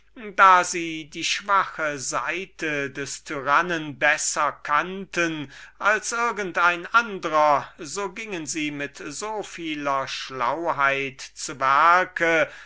weil sie die schwache seite des tyrannen besser kannten als irgend ein andrer mit so vieler schlauheit zu